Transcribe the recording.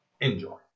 enjoy